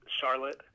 Charlotte